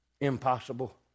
Impossible